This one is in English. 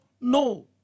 No